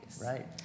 Right